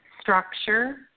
structure